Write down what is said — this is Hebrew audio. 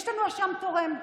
יש לנו אשם תורם.